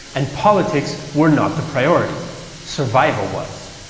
and politics were not the priority survival was.